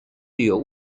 具有